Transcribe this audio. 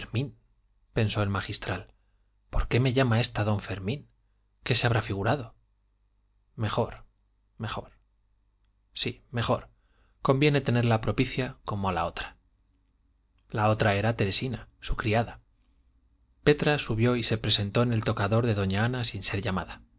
pensó el magistral por qué me llama esta d fermín qué se habrá figurado mejor mejor sí mejor conviene tenerla propicia como a la otra la otra era teresina su criada petra subió y se presentó en el tocador de doña ana sin ser llamada